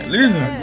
Listen